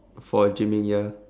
for gymming ya